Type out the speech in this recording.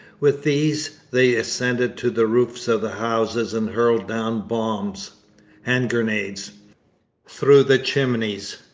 with these they ascended to the roofs of the houses and hurled down bombs hand-grenades through the chimneys,